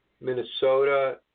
Minnesota